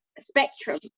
Spectrum